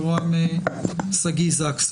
יורם שגיא זקס.